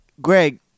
Greg